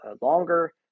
longer